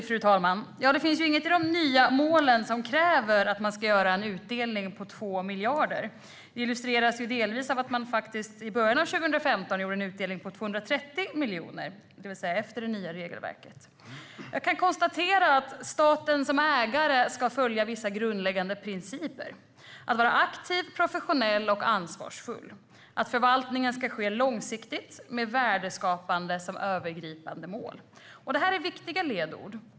Fru talman! Det finns inget i de nya målen som kräver att man ska göra en utdelning på 2 miljarder. Det illustreras delvis av att man i början av 2015 gjorde en utdelning på 230 miljoner - efter det nya regelverket. Jag kan konstatera att staten som ägare ska följa vissa grundläggande principer: vara aktiv, professionell och ansvarsfull och se till att förvaltningen sker långsiktigt med värdeskapande som övergripande mål. Det här är viktiga ledord.